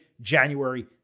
January